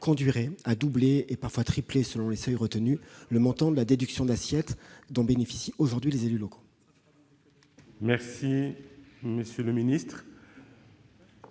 conduirait à doubler, voire tripler, selon les seuils retenus, le montant de la déduction d'assiette dont bénéficient aujourd'hui les élus locaux. Madame Billon, les